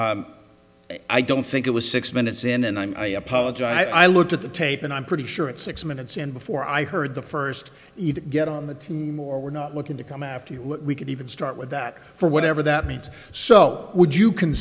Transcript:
choices i don't think it was six minutes in and i apologize i looked at the tape and i'm pretty sure it's six minutes and before i heard the first either get on the two more we're not looking to come after you we could even start with that for whatever that means so would you c